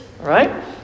right